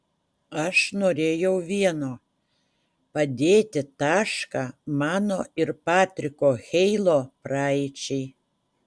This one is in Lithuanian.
aš norėjau vieno padėti tašką mano ir patriko heilo praeičiai